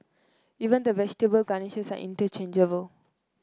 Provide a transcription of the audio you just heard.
even the vegetable garnishes are interchangeable